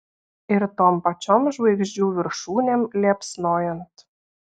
ir tom pačiom žvaigždžių viršūnėm liepsnojant